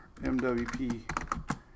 MWP